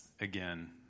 again